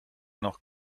noch